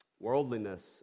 Worldliness